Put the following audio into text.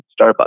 Starbucks